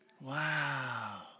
Wow